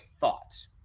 thought